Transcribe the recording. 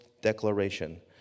declaration